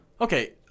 Okay